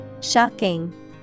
Shocking